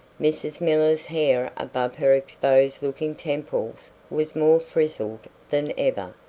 mrs. miller's hair above her exposed-looking temples was more frizzled than ever.